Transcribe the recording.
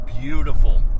beautiful